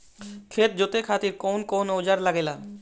खेत जोते खातीर कउन कउन औजार लागेला?